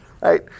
Right